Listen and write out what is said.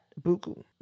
Buku